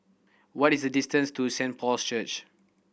what is the distance to Saint Paul's Church